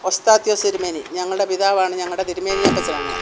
ഒസ്താത്യോസ് തിരുമേനി ഞങ്ങളുടെ പിതാവാണ് ഞങ്ങളുടെ തിരുമേനി അപ്പച്ചനാണ്